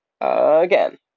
Again